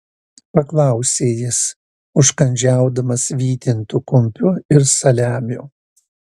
paklausė jis užkandžiaudamas vytintu kumpiu ir saliamiu